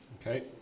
okay